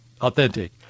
authentic